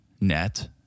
net